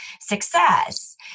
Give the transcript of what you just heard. success